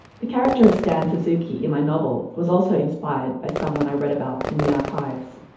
the character of stan suzuki in my novel was also inspired by someone i read about in the archives.